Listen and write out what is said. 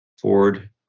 Ford